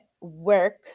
work